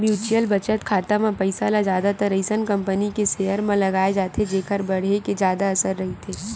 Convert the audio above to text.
mutual बचत खाता म पइसा ल जादातर अइसन कंपनी के सेयर म लगाए जाथे जेखर बाड़हे के जादा असार रहिथे